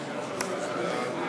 סיעות מרצ,